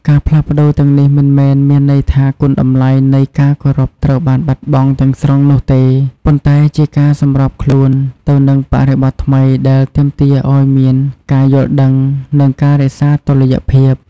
ការផ្លាស់ប្តូរទាំងនេះមិនមែនមានន័យថាគុណតម្លៃនៃការគោរពត្រូវបានបាត់បង់ទាំងស្រុងនោះទេ ប៉ុន្តែជាការសម្របខ្លួនទៅនឹងបរិបទថ្មីដែលទាមទារឲ្យមានការយល់ដឹង និងការរក្សាតុល្យភាព។